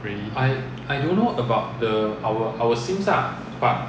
really